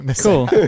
cool